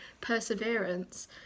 perseverance